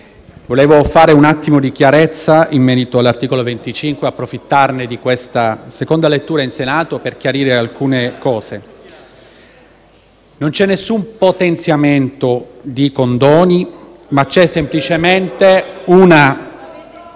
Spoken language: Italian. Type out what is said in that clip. vorrei fare un attimo di chiarezza in merito all’articolo 25, approfittando di questa seconda lettura in Senato per chiarire alcune cose. Non c’è nessun potenziamento di condoni. (Commenti dal